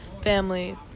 family